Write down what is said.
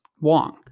Wong